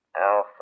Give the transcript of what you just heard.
Alpha